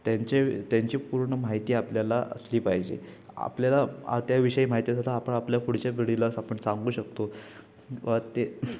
त्यांचे त्यांची पूर्ण माहिती आपल्याला असली पाहिजे आपल्याला आ त्या विषयी माहिती असता आपण आपल्या पुढच्या पिढीला आपण सांगू शकतो व ते